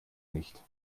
nicht